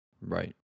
Right